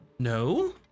No